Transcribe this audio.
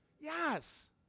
Yes